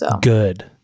Good